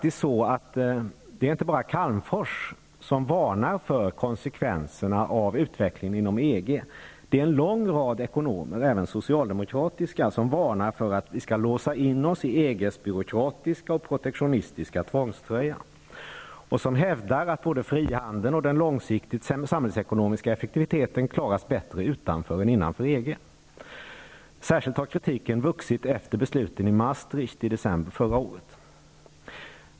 Inte bara Calmfors varnar för konsekvenserna av utvecklingen inom EG. En lång rad ekonomer, även socialdemokratiska, varnar oss för att låsa in oss i EG:s byråkratiska och protektionistiska tvångströja och hävdar att både frihandeln och den långsiktigt samhällsekonomiska effektiviteten klaras bättre utanför än innanför EG. Särskilt har kritiken vuxit efter besluten i Maastricht i december förra året.